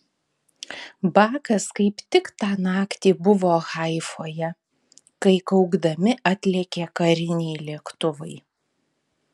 bakas kaip tik tą naktį buvo haifoje kai kaukdami atlėkė kariniai lėktuvai